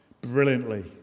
brilliantly